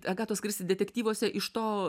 agatos kristi detektyvuose iš to